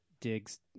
digs